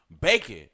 Bacon